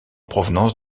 provenance